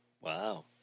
Wow